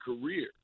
career